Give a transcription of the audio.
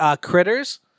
Critters-